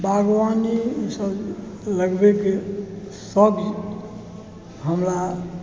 बागबानी ई सब लगबैके सब हमरा